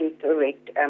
direct